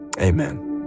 amen